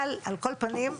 אבל על כל פנים,